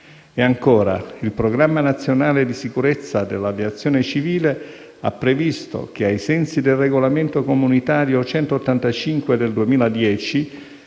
E ancora, il Programma nazionale di sicurezza dell'aviazione civile ha previsto che, ai sensi del regolamento comunitario n. 185 del 2010,